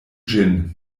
ĝin